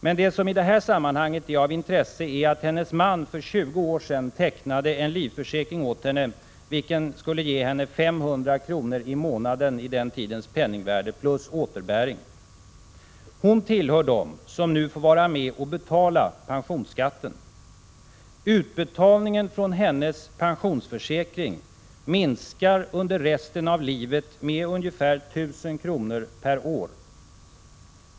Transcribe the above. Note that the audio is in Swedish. Men det som i detta sammanhang är av intresse är att hennes man för 20 år sedan tecknade en livförsäkring åt henne, vilken skulle ge henne 500 kr. i månaden i den tidens penningvärde plus återbäring. Hon tillhör dem som nu får vara med och betala pensionsskatten. Utbetalningen från hennes pensionsförsäkring minskar under resten av hennes liv med ungefär 1 000 kr: per år.